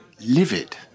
livid